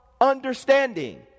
understanding